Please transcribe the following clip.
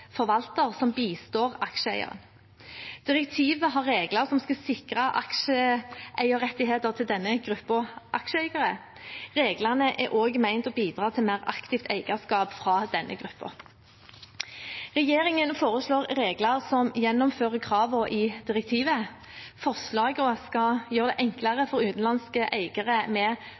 forvalter, som bistår aksjeeieren. Direktivet har regler som skal sikre aksjeeierrettighetene til denne gruppen aksjeeiere. Reglene er også ment å bidra til mer aktivt eierskap fra denne gruppen. Regjeringen foreslår regler som gjennomfører kravene i direktivet. Forslagene skal gjøre det enklere for utenlandske eiere med